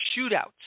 shootouts